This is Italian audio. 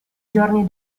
giorni